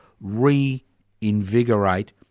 reinvigorate